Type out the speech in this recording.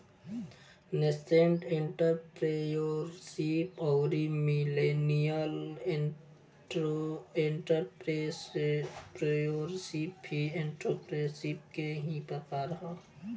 nascent entrepreneurship अउरी millennial entrepreneurship भी entrepreneurship के ही प्रकार ह